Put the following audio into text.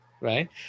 right